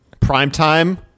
Primetime